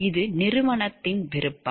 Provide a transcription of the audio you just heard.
இது நிறுவனத்தின் விருப்பம்